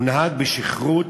הוא נהג בשכרות,